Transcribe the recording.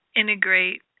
integrate